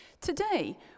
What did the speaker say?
Today